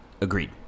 Agreed